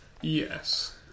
Yes